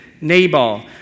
Nabal